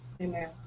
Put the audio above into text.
Amen